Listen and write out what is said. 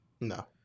No